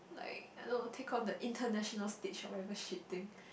like I don't know take on the international stage or whatever shit thing